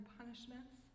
punishments